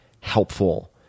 helpful